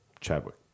Chadwick